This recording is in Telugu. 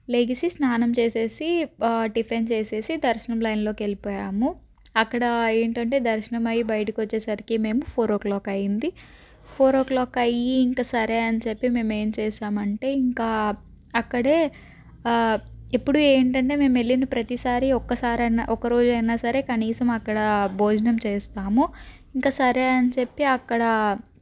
లెగిసి స్నానం చేసేసి టిఫిన్ చేసేసి దర్శనం లైన్లోకి వెళ్లిపోయాము అక్కడ ఏంటంటే దర్శనమై బయటకు వచ్చేసరికి మేము ఫోర్ ఓ క్లాక్ అయింది ఫోర్ ఓ క్లాక్ అయ్యి ఇంకా సరే అని చెప్పి మేము ఏం చేసామంటే ఇంకా అక్కడే ఇప్పుడు ఏంటంటే మేము వెళ్ళిన ప్రతిసారి ఒక్కసారన్న ఒకరోజన్నా సరే కనీసం అక్కడ భోజనం చేస్తాము ఇంకా సరే అని చెప్పి అక్కడ